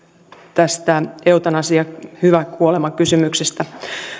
tästä eutanasia ja hyvä kuolema kysymyksestä